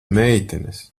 meitenes